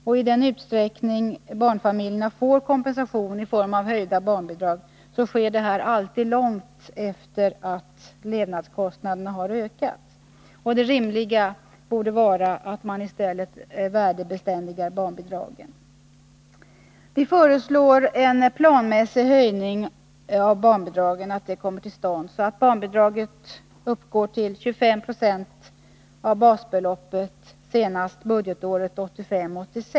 I den utsträckning barnfamiljerna får kompensation i form av höjda barnbidrag sker det alltid långt efter det att levnadskostnaderna har ökat. Det rimliga borde vara att införa värdebeständiga barnbidrag. Vpk föreslår att en planmässig höjning av barnbidragen kommer till stånd, så att barnbidraget uppgår till 25 96 av basbeloppet senast budgetåret 1985/86.